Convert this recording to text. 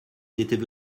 étaient